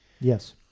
Yes